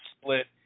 split